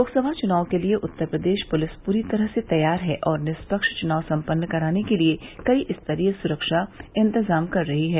लोकसभा चुनाव के लिये उत्तर प्रदेश पुलिस पूरी तरह से तैयार है और निष्पक्ष चुनाव सम्पन्न कराने के लिये कई स्तरीय सुरक्षा इंतजाम कर रही है